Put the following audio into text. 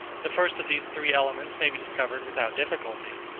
the first of these three elements may be discovered without difficulty.